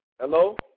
Hello